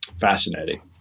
fascinating